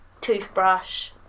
toothbrush